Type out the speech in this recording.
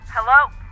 Hello